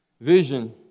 Vision